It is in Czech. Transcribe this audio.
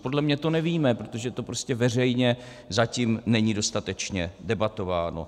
Podle mě to nevíme, protože to prostě veřejně zatím není dostatečně debatováno.